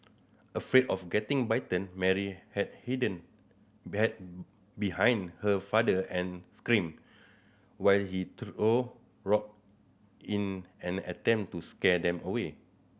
afraid of getting bitten Mary had hidden behind behind her father and screamed while he threw rock in an attempt to scare them away